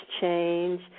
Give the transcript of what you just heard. change